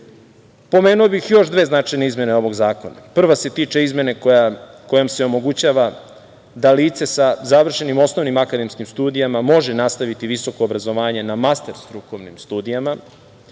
bih još dve značajne izmene ovog zakona. Prva se tiče izmene kojom se omogućava da lice sa završenim osnovnim akademskim studijama može nastaviti visoko obrazovanje na master strukovnim studijama,